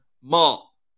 mall